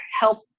help